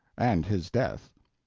and his death.